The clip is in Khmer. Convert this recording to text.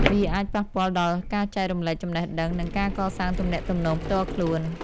វាអាចប៉ះពាល់ដល់ការចែករំលែកចំណេះដឹង និងការកសាងទំនាក់ទំនងផ្ទាល់ខ្លួន។